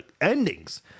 endings